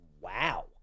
Wow